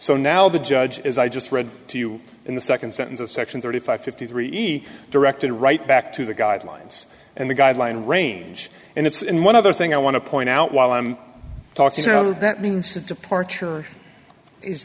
so now the judge as i just read to you in the second sentence of section thirty five fifty three e directed right back to the guidelines and the guideline range and it's in one other thing i want to point out while i'm talking so that means that departure is